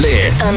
Lit